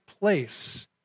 place